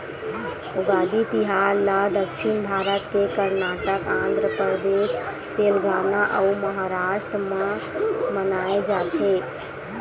उगादी तिहार ल दक्छिन भारत के करनाटक, आंध्रपरदेस, तेलगाना अउ महारास्ट म मनाए जाथे